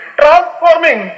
transforming